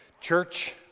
Church